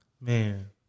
Man